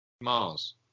Mars